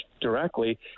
directly